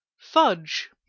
FUDGE